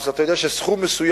אז אתה יודע שסכום מסוים,